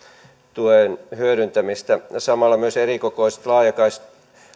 tuen hyödyntämistä samalla myös erikokoiset laajakaistaa